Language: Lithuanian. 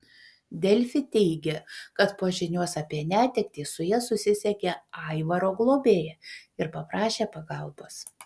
delfi teigė kad po žinios apie netektį su ja susisiekė aivaro globėja ir paprašė pagalbos